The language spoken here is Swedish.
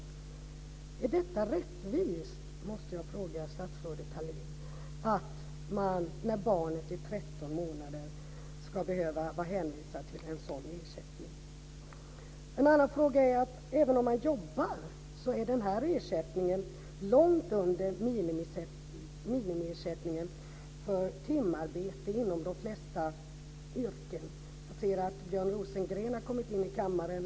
Är det rättvist, måste jag fråga statsrådet Thalén, att man, när barnet är 13 månader, ska behöva vara hänvisad till en sådan ersättning? Även om man jobbar är den här ersättningen långt under minimiersättningen för timarbete inom de flesta yrken. Jag ser att Björn Rosengren har kommit in i kammaren.